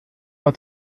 war